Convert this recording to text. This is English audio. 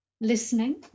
listening